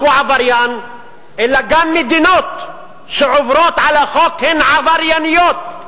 הוא עבריין אלא גם מדינות שעוברות על החוק הן עברייניות.